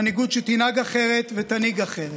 מנהיגות שתנהג אחרת ותנהיג אחרת,